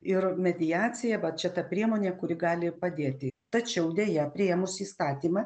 ir mediacija va čia ta priemonė kuri gali padėti tačiau deja priėmus įstatymą